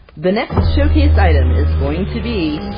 the next showcased item is going to be